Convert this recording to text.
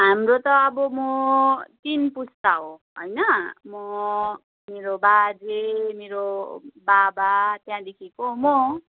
हाम्रो त अब म तिन पुस्ता हो होइन म मेरो बाजे मेरो बाबा त्यहाँदेखिको म